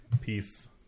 peace